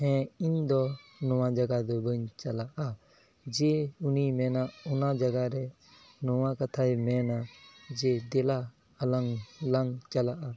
ᱦᱮᱸ ᱤᱧ ᱫᱚ ᱱᱚᱣᱟ ᱡᱟᱭᱜᱟ ᱫᱚ ᱵᱟᱹᱧ ᱪᱟᱞᱟᱜᱼᱟ ᱡᱮ ᱩᱱᱤ ᱢᱮᱱᱟᱭ ᱚᱱᱟ ᱡᱟᱭᱜᱟ ᱨᱮ ᱱᱚᱣᱟ ᱠᱟᱛᱷᱟᱭ ᱢᱮᱱᱟ ᱡᱮ ᱫᱮᱞᱟ ᱟᱞᱟᱝ ᱦᱚᱸᱞᱟᱝ ᱪᱟᱞᱟᱜᱼᱟ